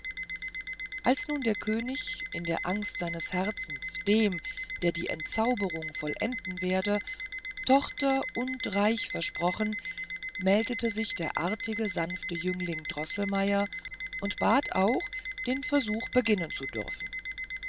als nun der könig in der angst seines herzens dem der die entzauberung vollenden werde tochter und reich versprochen meldete sich der artige sanfte jüngling droßelmeier und bat auch den versuch beginnen zu dürfen